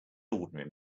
ordinary